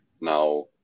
now